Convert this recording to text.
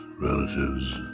relatives